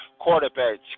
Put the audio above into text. quarterbacks